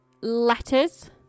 letters